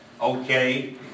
okay